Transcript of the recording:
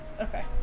Okay